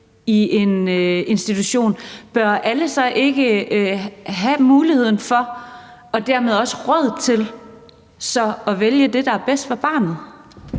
i en institution, bør alle forældre så ikke have muligheden for og dermed også råd til at vælge det, der er bedst for barnet?